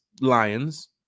Lions